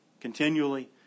continually